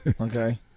Okay